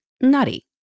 nutty